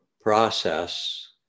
process